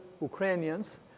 Ukrainians